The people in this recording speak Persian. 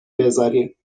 بذاریم